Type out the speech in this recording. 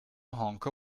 honker